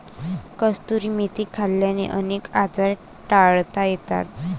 कसुरी मेथी खाल्ल्याने अनेक आजार टाळता येतात